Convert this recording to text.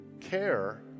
care